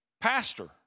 pastor